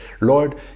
lord